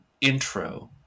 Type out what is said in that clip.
intro